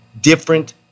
different